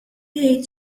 jgħid